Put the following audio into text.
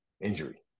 injury